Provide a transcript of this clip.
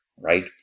right